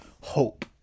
hope